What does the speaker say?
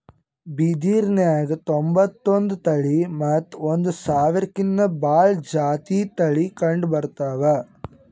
ಬಿದಿರ್ನ್ಯಾಗ್ ತೊಂಬತ್ತೊಂದು ತಳಿ ಮತ್ತ್ ಒಂದ್ ಸಾವಿರ್ಕಿನ್ನಾ ಭಾಳ್ ಜಾತಿ ತಳಿ ಕಂಡಬರ್ತವ್